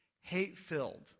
hate-filled